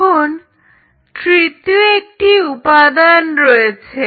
এখন তৃতীয় একটি উপাদান রয়েছে